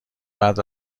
بعد